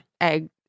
egg